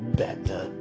better